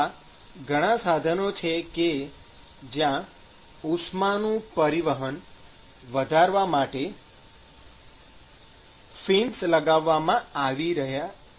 એવા ઘણાં સાધનો છે કે જ્યાં ઉષ્માનું પરિવહન વધારવા માટે ફિન્સ લગાવવામાં આવી રહ્યા છે